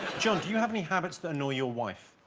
john do you have any habits that annoy your wife.